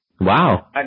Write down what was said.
Wow